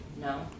No